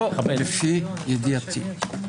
לא לפי ידיעתי.